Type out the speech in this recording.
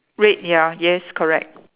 red ya yes correct